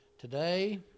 Today